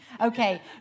Okay